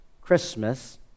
Christmas